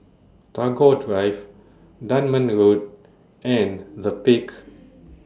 Tagore Drive Dunman Road and The Peak